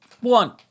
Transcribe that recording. one